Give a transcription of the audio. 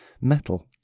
metal